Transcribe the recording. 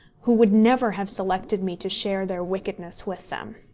who would never have selected me to share their wickedness with them.